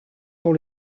pour